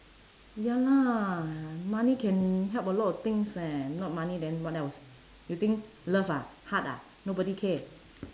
ya lah money can help a lot of things eh not money then what else you think love ah heart ah nobody care